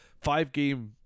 five-game